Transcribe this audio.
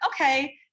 okay